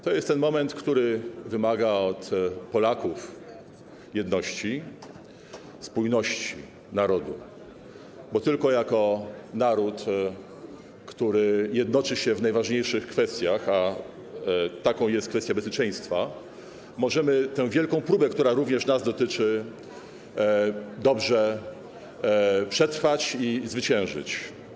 To jest ten moment, który wymaga od Polaków jedności, spójności narodu, bo tylko jako naród, który jednoczy się w najważniejszych kwestiach, a taką kwestią jest bezpieczeństwo, możemy tę wielką próbę, która również nas dotyczy, dobrze przetrwać, możemy zwyciężyć.